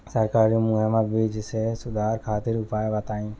सरकारी मुहैया बीज में सुधार खातिर उपाय बताई?